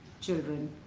children